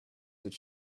that